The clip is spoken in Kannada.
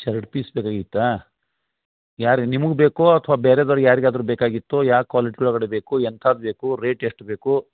ಶರ್ಟ್ ಪೀಸ್ ಬೇಕಾಗಿತ್ತಾ ಯಾರಿಗೆ ನಿಮ್ಗೆ ಬೇಕೋ ಅಥ್ವಾ ಬೇರೆದೊರಿಗೆ ಯಾರಿಗಾದ್ರು ಬೇಕಾಗಿತ್ತೋ ಯಾವ ಕ್ವಾಲಿಟಿ ಒಳಗಡೆ ಬೇಕು ಎಂಥದ್ ಬೇಕು ರೇಟ್ ಎಷ್ಟು ಬೇಕು